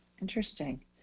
Interesting